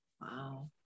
Wow